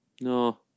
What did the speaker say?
No